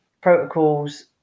protocols